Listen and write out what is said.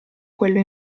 quello